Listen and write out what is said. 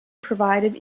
provided